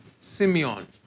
Simeon